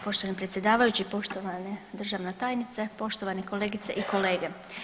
Poštovani predsjedavajući, poštovana državna tajnice, poštovane kolegice i kolege.